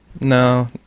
No